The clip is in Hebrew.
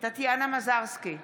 טטיאנה מזרסקי,